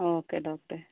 okay ഡോക്ടറെ